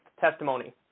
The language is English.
testimony